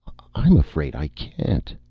i'm afraid i can't.